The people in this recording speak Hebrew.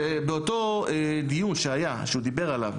באותו דיון שהיה שעמנואל דיבר עליו,